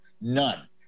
none